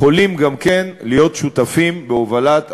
יכולים גם כן להיות שותפים בהובלת השינוי,